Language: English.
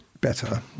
better